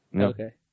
Okay